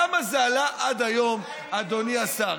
כמה זה עלה עד היום, אדוני השר?